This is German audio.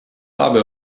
habe